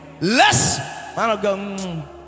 Less